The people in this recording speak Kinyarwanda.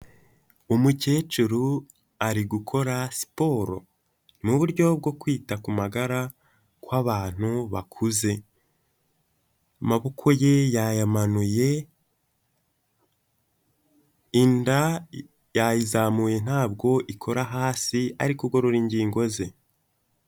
Umukecuru ari gukora siporo. Ni uburyo bwo kwita ku magara kw'abantu bakuze. Amaboko ye yayamanuye, inda yayizamuye ntabwo ikora hasi ,arikugorora ingingo ze.